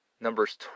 Numbers